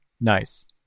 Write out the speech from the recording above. nice